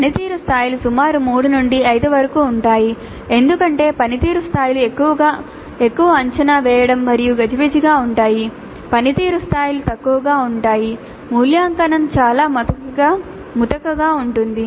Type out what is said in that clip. పనితీరు స్థాయిలు సుమారు 3 నుండి 5 వరకు ఉంటాయి ఎందుకంటే పనితీరు స్థాయిలు ఎక్కువ అంచనా వేయడం మరియు గజిబిజిగా ఉంటాయి పనితీరు స్థాయిలు తక్కువగా ఉంటాయి మూల్యాంకనం చాలా ముతకగా ఉంటుంది